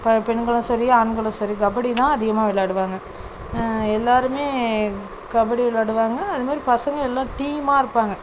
இப்போ பெண்களும் சரி ஆண்களும் சரி கபடின்னா தான் அதிகமாக விளாடுவாங்க எல்லாருமே கபடி விளாடுவாங்க அதுமாதிரி பசங்க எல்லாம் டீமாக இருப்பாங்க